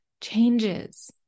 changes